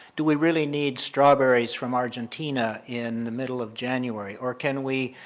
do we really need strawberries from argentina in the middle of january or can we